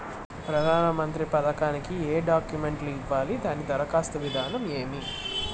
ప్రధానమంత్రి యోజన పథకానికి ఏ డాక్యుమెంట్లు ఇవ్వాలి దాని దరఖాస్తు విధానం ఏమి